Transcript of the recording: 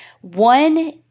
One